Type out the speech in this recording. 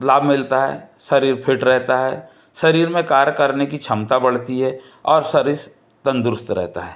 लाभ मिलता है शरीर फिट रहता है शरीर में कार्य करने की क्षमता बढ़ती है और शरीर तंदुरुस्त रहता है